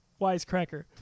Wisecracker